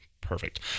Perfect